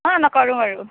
অঁ নকৰোঁ বাৰু